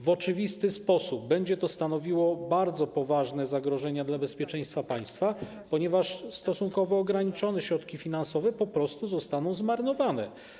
W oczywisty sposób będzie to stanowiło bardzo poważne zagrożenia dla bezpieczeństwa państwa, ponieważ stosunkowo ograniczone środki finansowe po prostu zostaną zmarnowane.